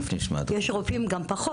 ואת זה שיש רופאים מעולים.